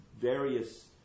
various